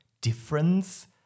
difference